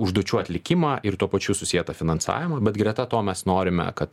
užduočių atlikimą ir tuo pačiu susietą finansavimą bet greta to mes norime kad